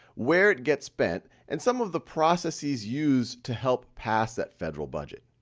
where it gets spent, and some of the processes used to help pass that federal budget.